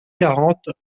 quarante